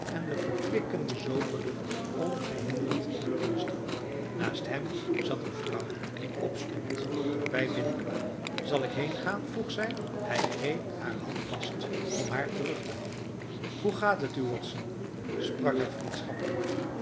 en de verkwikkende zomerlucht ongehinderd naar binnen stroomden naast hem zat een vrouw die opstond toen wij binnenkwamen zal ik heengaan vroeg zij hij greep haar hand vast om haar terug te houden hoe gaat het u watson sprak hij vriendschappelijk